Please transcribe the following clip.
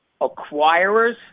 acquirers